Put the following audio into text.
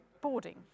boarding